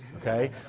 okay